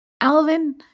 Alvin